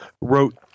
wrote